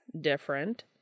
different